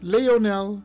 Leonel